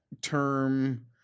term